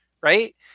right